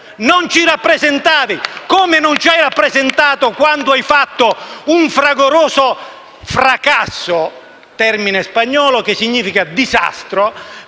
LN-Aut e CoR).* Come non ci hai rappresentato quando hai fatto un fragoroso fracasso, termine spagnolo che significa disastro,